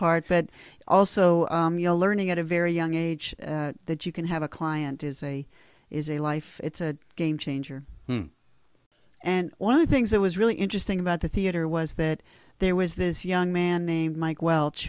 part but also you know learning at a very young age that you can have a client is a is a life it's a game changer and one of the things that was really interesting about the theater was that there was this young man named mike welsh